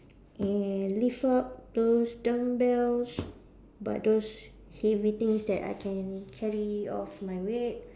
and lift up those dumbbells but those heavy things that I can carry off my weight